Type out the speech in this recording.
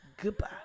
Goodbye